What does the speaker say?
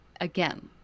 again